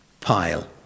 pile